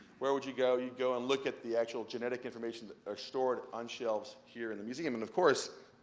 where would you go? you go and actually look at the actual genetic information that are stored on shelves here in the museum. and, of course,